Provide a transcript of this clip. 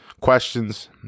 questions